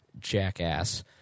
Jackass